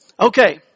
okay